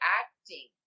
acting